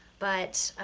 but